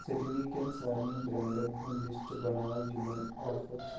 ژیٚٹِنی کٮ۪ن سارنٕے بریٚنڑن ہُنٛد لسٹ بناو یِمَن آفر چھِ